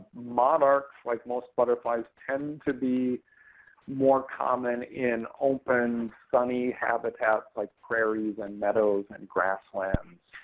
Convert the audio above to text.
monarchs, like most butterflies, tend to be more common in open, sunny habitats like prairies and meadows and grasslands.